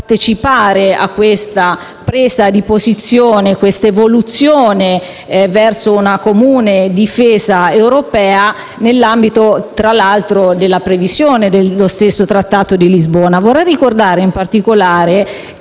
partecipare a questa presa di posizione, a questa evoluzione verso una comune difesa europea, nell'ambito, tra l'altro, di quanto previsto dallo stesso Trattato di Lisbona. Vorrei ricordare, in particolare, che